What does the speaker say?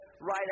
right